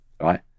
right